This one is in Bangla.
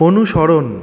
অনুসরণ